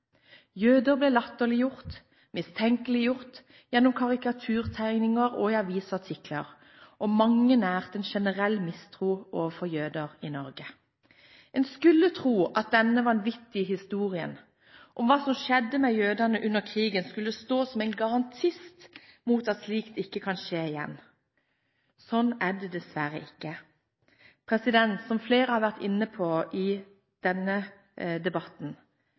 jøder i Norge. En skulle tro at den vanvittige historien om hva som skjedde med jødene under krigen, skulle stå som en garantist mot at slikt kan skje igjen. Sånn er det dessverre ikke. Som flere har vært inne på i denne debatten: